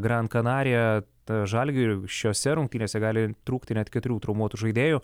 gran kanarija tai žalgiriui šiose rungtynėse gali trūkti net keturių traumuotų žaidėjų